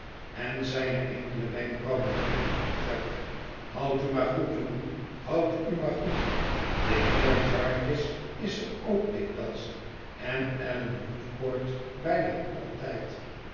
en zijne enkele wenkbrauw bemoedigend optrekt houd u maar goed jongen houd u maar goed de heer jarndyce is er ook dikwijls en allan woodcourt bijna altijd